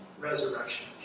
resurrection